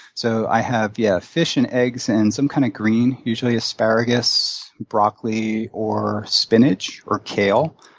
so i have, yeah, fish and eggs and some kind of green, usually asparagus, broccoli or spinach or kale.